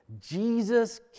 jesus